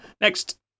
Next